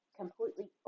completely